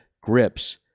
grips